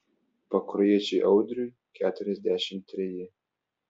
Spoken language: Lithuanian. pakruojiečiui audriui keturiasdešimt treji